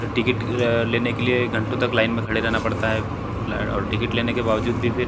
फिर टिकेट लेने के लिए घंटों तक लाइन में खड़े रहना पड़ता है और टिकेट लेने के बावजूद भी फिर